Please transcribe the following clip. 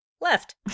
left